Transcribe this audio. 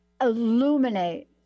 illuminate